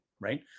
right